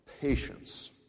patience